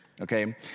okay